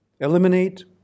eliminate